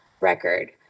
record